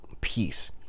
peace